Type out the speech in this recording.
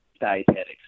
dietetics